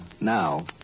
now